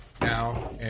now